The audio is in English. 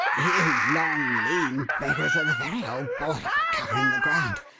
you long, lean beggars are the very old boy for covering the ground.